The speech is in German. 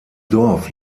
dorf